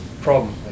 problem